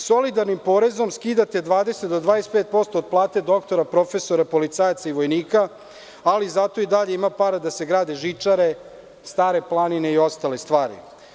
Solidarnim porezom skidate 20 do 25% od plata doktora, profesora, policajaca i vojnika, ali zato i dalje ima para da se grade žičare, „stare planine“ i ostale stvari.